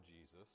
Jesus